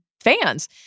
fans